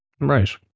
right